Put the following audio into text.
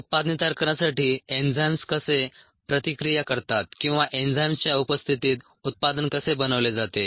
उत्पादने तयार करण्यासाठी एन्झाईम्स कसे प्रतिक्रिया करतात किंवा एन्झाईम्सच्या उपस्थितीत उत्पादन कसे बनवले जाते